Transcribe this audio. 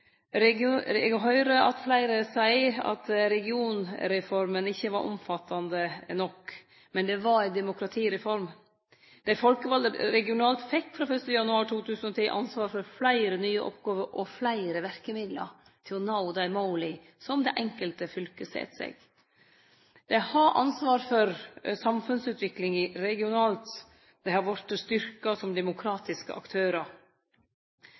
forvaltningssystemet. Eg høyrer at fleire seier at regionreforma ikkje var omfattande nok. Men det var ei demokratireform. Regionane fekk frå 1. januar 2010 ansvar for fleire nye oppgåver og fleire verkemiddel til å nå dei måla som det enkelte fylket set seg. Dei har ansvar for samfunnsutviklinga regionalt. Dei har vorte styrkte som demokratiske aktørar.